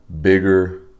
Bigger